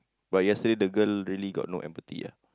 but yesterday the girl really got no empathy ah